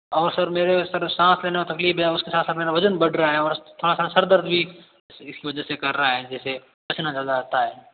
और सर मेरे सर साँस लेने में तकलीफ़ है उसके साथ साथ मेरा वज़न बढ़ रहा है और साथ साथ सर दर्द भी इसी वजह से कर रहा है जैसे पसीना ज़्यादा आता है